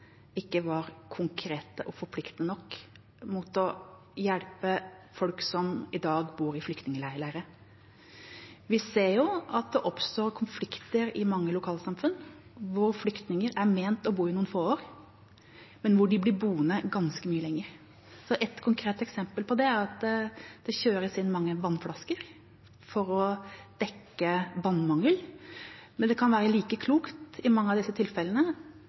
ikke var konkret og forpliktende nok for å hjelpe folk som i dag bor i flyktningleirer. Vi ser jo at det oppstår konflikter i mange lokalsamfunn hvor flyktninger er ment å bo i noen få år, men hvor de blir boende ganske mye lenger. Ett konkret eksempel på det er at det kjøres inn mange vannflasker for å dekke vannmangel, men det kan i mange av disse tilfellene være like klokt